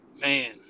Man